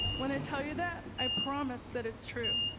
when i tell you that, i promise that it's true.